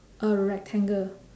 a rectangle